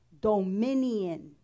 dominion